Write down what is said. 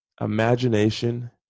imagination